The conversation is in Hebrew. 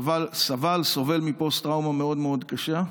סבל וסובל מפוסט-טראומה מאוד מאוד קשה.